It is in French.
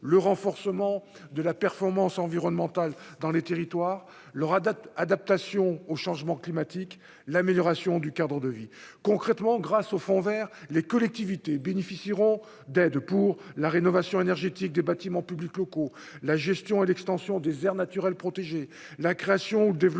le renforcement de la performance environnementale dans les territoires, le radar adaptation au changement climatique, l'amélioration du cadre de vie, concrètement, grâce aux fonds vers les collectivités bénéficieront d'aides pour la rénovation énergétique des bâtiments publics locaux, la gestion et l'extension des aires naturelles protégées, la création ou le développement